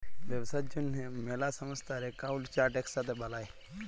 ব্যবসার জ্যনহে ম্যালা সংস্থার একাউল্ট চার্ট ইকসাথে বালায়